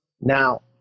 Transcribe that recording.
Now